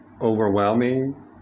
overwhelming